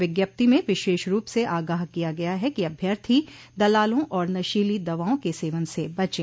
विज्ञप्ति में विशेष रूप से आगाह किया गया है कि अभ्यर्थी दलालों और नशीली दवाओं के सेवन से बचे